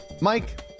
Mike